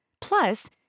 Plus